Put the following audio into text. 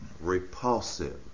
repulsive